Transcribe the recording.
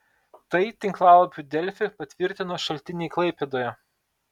tai tinklalapiui delfi patvirtino šaltiniai klaipėdoje